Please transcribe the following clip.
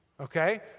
Okay